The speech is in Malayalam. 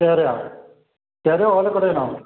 ഓലക്കൊടിയനോ